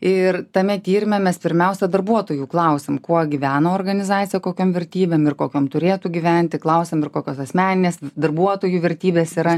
ir tame tyrime mes pirmiausia darbuotojų klausėm kuo gyveno organizacija kokiom vertybėm ir kokiom turėtų gyventi klausėm ir kokios asmeninės darbuotojų vertybės yra